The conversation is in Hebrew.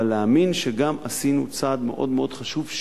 אבל להאמין שגם עשינו צעד מאוד מאוד חשוב,